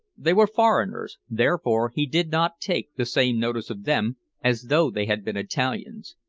they were foreigners, therefore he did not take the same notice of them as though they had been italians.